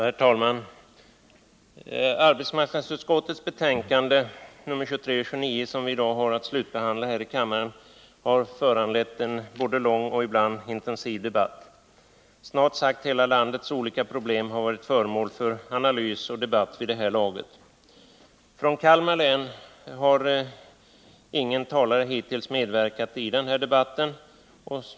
Herr talman! Arbetsmarknadsutskottets betänkanden nr 23 och 29, som vi i dag har att slutbehandla här i kammaren, har föranlett en både lång och ibland ganska intensiv debatt. Snart sagt hela landets olika problem har varit föremål för analys och debatt vid det här laget. Från Kalmar län har ingen talare hittills medverkat i debatten.